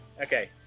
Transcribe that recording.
Okay